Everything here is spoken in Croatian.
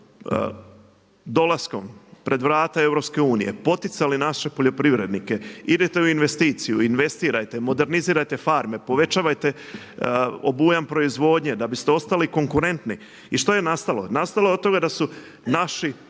dolaskom pred vrata EU poticali naše poljoprivrednike idete li u investiciju, investirajte, modernizirajte farme, povećavajte obujam proizvodnje da biste ostali konkurentni. I što je nastalo? Nastalo je od toga da su naši kvalitetni